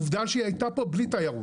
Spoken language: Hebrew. עובדה שהיא הייתה פה גם בלי תיירות.